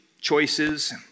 choices